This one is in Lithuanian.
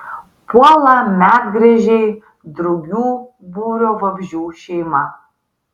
puola medgręžiai drugių būrio vabzdžių šeima